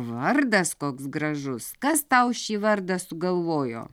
vardas koks gražus kas tau šį vardą sugalvojo